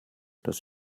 das